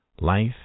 life